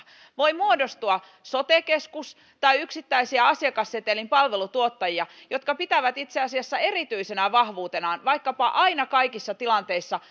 voi muodostua sote keskus tai yksittäisiä asiakassetelin palvelutuottajia jotka pitävät itse asiassa erityisenä vahvuutenaan vaikkapa aina kaikissa tilanteissa